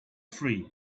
free